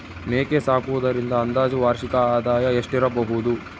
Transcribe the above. ಮೇಕೆ ಸಾಕುವುದರಿಂದ ಅಂದಾಜು ವಾರ್ಷಿಕ ಆದಾಯ ಎಷ್ಟಿರಬಹುದು?